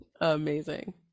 amazing